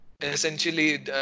essentially